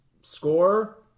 score